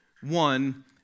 one